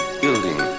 building